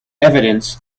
evidence